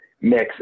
mix